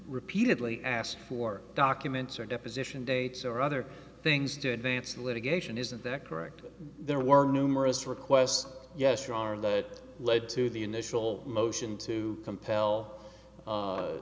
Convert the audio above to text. repeatedly asked for documents or deposition dates or other things to advance litigation isn't that correct there were numerous requests yes your honor that led to the initial motion to compel